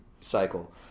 cycle